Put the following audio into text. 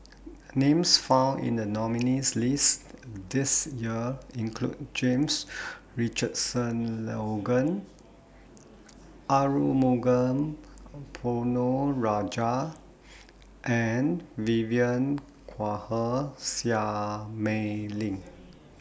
Names found in The nominees' list This Year include James Richardson Logan Arumugam Ponnu Rajah and Vivien Quahe Seah Mei Lin